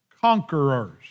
conquerors